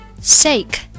Sake